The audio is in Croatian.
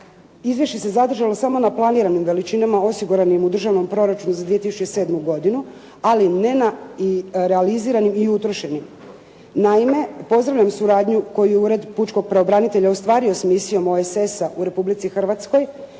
izvješće se zadržalo samo na planiranim veličinama osiguranim u Državnom proračunu za 2007. godinu ali ne na i realiziranim i utrošenim. Naime pozdravljam suradnju koju je Ured pučkog pravobranitelja ostvario s misijom OESS-a u Republici Hrvatskoj